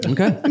Okay